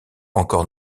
encore